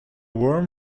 worm